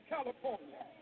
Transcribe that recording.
California